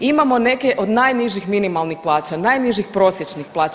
Imamo neke od najnižih minimalnih plaća, najnižih prosječnih plaća.